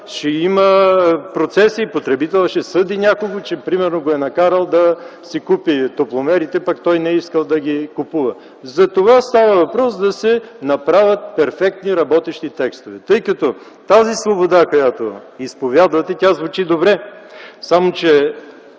ще има процеси – потребителят ще съди някого, че примерно го е накарал да си купи топломерите, пък той не е искал да ги купува. За това става въпрос – да се направят перфектни, работещи текстове. Тази свобода, която изповядвате, звучи добре. Само че